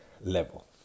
level